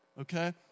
okay